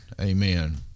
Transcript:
Amen